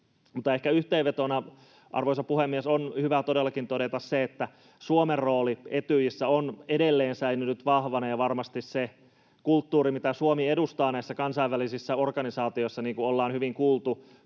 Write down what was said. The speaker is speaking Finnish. Mutta ehkä yhteenvetona, arvoisa puhemies, on hyvä todellakin todeta se, että Suomen rooli Etyjissä on edelleen säilynyt vahvana. Varmasti se kulttuuri, mitä Suomi edustaa näissä kansainvälisissä organisaatioissa — niin kuin ollaan hyvin kuultu